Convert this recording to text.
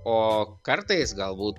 o kartais galbūt